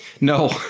No